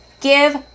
Give